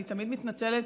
ואני תמיד מתנצלת